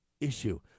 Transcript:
issue